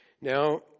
Now